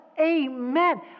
Amen